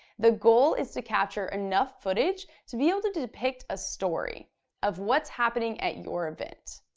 the goal is to capture enough footage to be able to to depict a story of what's happening at your event.